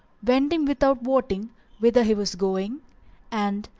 wending without wotting whither he was going and,